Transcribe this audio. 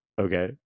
Okay